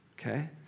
okay